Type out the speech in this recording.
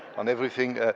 on everything.